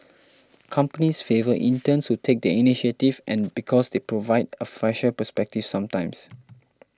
companies favour interns who take the initiative and because they provide a fresher perspective sometimes